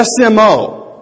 SMO